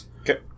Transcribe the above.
Okay